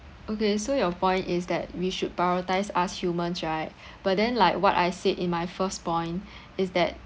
okay so your point is that we should prioritise us humans right but then like what I said in my first point is that